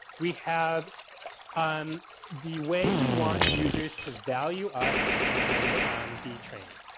we have um the way we want users to value us and be trained.